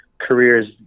careers